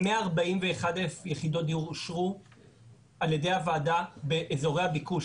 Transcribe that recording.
141 יחידות דיור אושרו על ידי הוועדה באזורי הביקוש,